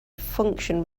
function